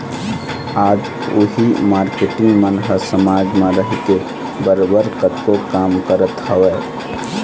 आज उही मारकेटिंग मन ह समाज म रहिके बरोबर कतको काम करत हवँय